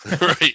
Right